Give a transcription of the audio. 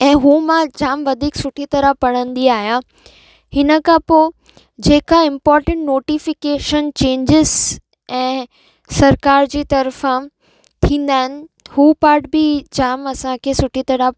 ऐं हू मां जाम वधीक सुठी तरह पढ़ंदी आहियां हिन खां पोइ जेका इंपोर्टेंट नोटिफ़िकेशन चेंज़िस ऐं सरकारि जी तरफ़ा थींदा आहिनि हू पाट बि जाम असांखे सुठी तरह